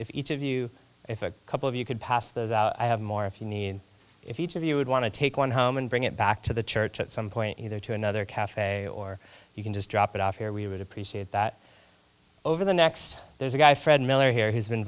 if each of you a couple of you could pass those out i have more if you need if each of you would want to take one home and bring it back to the church at some point either to another cafe or you can just drop it off here we would appreciate that over the next there's a guy fred miller here who's been